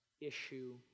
issue